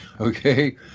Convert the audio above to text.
okay